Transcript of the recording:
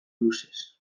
luzez